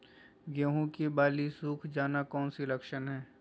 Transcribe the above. गेंहू की बाली सुख जाना कौन सी लक्षण है?